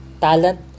talent